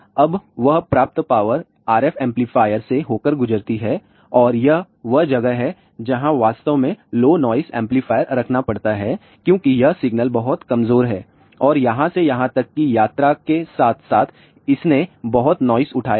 अब वह प्राप्त पावर RF एम्पलीफायर से होकर गुज़रती है और यह वह जगह है जहाँ हमें वास्तव में लो नॉइस एम्पलीफायर रखना पड़ता है क्योंकि यह सिग्नल बहुत कमज़ोर है और यहाँ से यहाँ तक की यात्रा के साथ साथ इसने बहुत नॉइस उठाया है